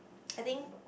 I think